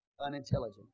unintelligent